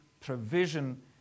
provision